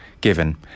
given